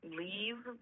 leave